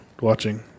watching